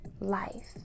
life